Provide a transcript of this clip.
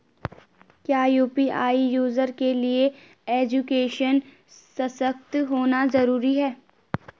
क्या UPI user के लिए एजुकेशनल सशक्त होना जरूरी है?